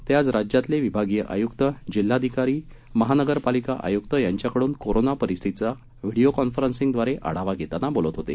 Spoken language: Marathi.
ते आज राज्यातले विभागीय आयुक्त जिल्हाधिकारी महानगर पालिका आयुक्त यांच्याकडून कोरोना परिस्थितीचा व्हिडीओ कॉन्फरन्सद्वारे आढावा घेताना बोलत होते